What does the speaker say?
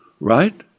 right